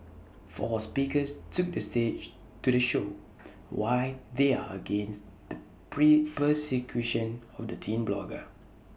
four speakers took to the stage to the show why they are against the pray persecution of the teen blogger